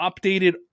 updated